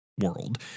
world